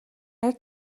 хайр